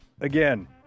again